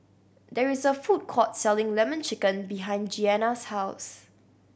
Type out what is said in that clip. there is a food court selling Lemon Chicken behind Jeanna's house